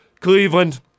Cleveland